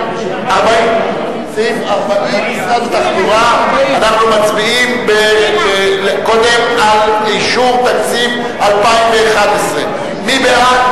40. קודם על אישור תקציב 2011. מי בעד?